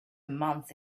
month